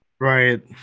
Right